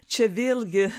čia vėlgi